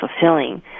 fulfilling